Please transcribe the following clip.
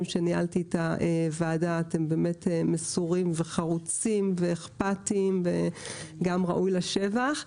שניהלתי את הוועדה אתם מסורים וחרוצים ואכפתיים וזה ראוי לשבח.